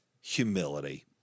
humility